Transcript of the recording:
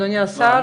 אדוני השר,